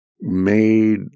made